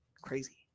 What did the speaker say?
crazy